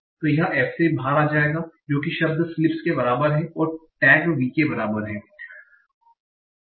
तो f3 बाहर आ जाएगा जो कि शब्द sleeps के बराबर है और टैग V के बराबर है